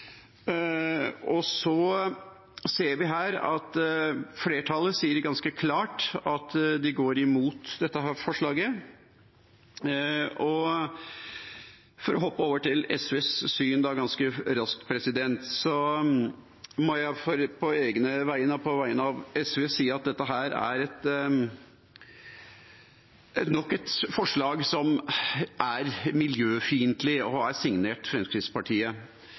ganske klart at de går imot dette forslaget. For å hoppe over til SVs syn ganske raskt: Jeg må på egne og SVs vegne si at dette er nok et forslag som er miljøfiendtlig og signert Fremskrittspartiet. Fremskrittspartiet mener at det er